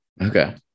Okay